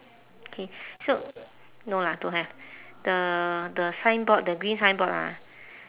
K so no ah don't have the the signboard the green signboard ah